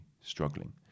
struggling